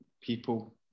people